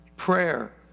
Prayer